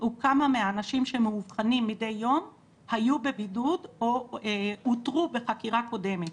הוא כמה מהאנשים שמאובחנים מדי יום היו בבידוד או אותרו בחקירה קודמת.